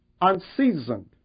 unseasoned